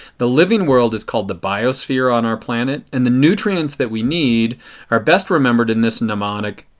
the living world is called the biosphere on our planet. and the nutrients that we need are best remembered in this mnemonic,